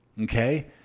Okay